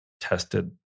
tested